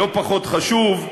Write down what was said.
לא פחות חשוב,